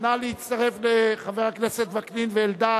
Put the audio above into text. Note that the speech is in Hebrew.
נא להצטרף לחברי הכנסת וקנין ואלדד,